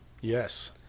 Yes